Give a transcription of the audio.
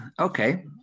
okay